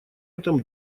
этом